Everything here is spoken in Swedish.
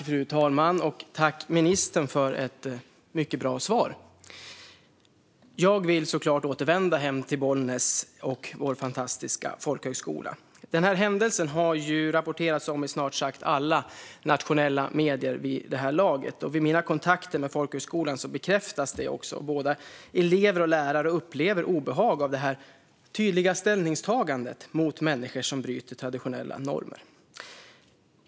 Fru talman! Jag tackar ministern för ett mycket bra svar. Jag vill såklart återvända hem till Bollnäs och vår fantastiska folkhögskola. Det har vid det här laget rapporterats om denna händelse i snart sagt alla nationella medier. Vid mina kontakter med folkhögskolan bekräftas det också att både elever och lärare upplever obehag av detta tydliga ställningstagande mot människor som bryter traditionella normer.